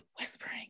whispering